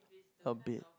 how big